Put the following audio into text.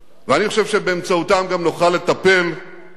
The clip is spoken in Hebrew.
ואני חושב שבאמצעותם גם נוכל לטפל באיומים